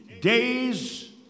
days